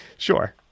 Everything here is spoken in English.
Sure